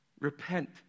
Repent